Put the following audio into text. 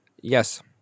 Yes